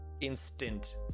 instant